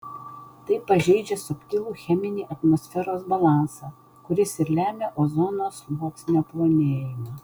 tai pažeidžia subtilų cheminį atmosferos balansą kuris ir lemia ozono sluoksnio plonėjimą